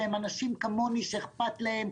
שהם אנשים כמוני שאכפת להם,